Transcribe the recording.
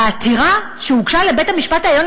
והעתירה שהוגשה לבית-המשפט העליון,